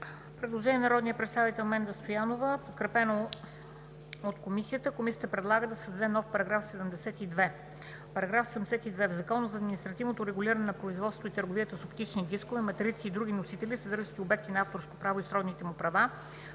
Предложение на народния представител Менда Стоянова, подкрепено от Комисията. Комисията предлага да се създаде нов § 72: „§ 72. В Закона за административното регулиране на производството и търговията с оптични дискове, матрици и други носители, съдържащи обекти на авторското право и сродните му права